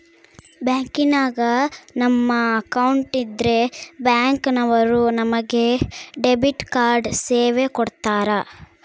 ಬ್ಯಾಂಕಿನಾಗ ನಮ್ಮ ಅಕೌಂಟ್ ಇದ್ರೆ ಬ್ಯಾಂಕ್ ನವರು ನಮಗೆ ಡೆಬಿಟ್ ಕಾರ್ಡ್ ಸೇವೆ ಕೊಡ್ತರ